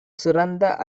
சிறந்த